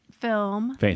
film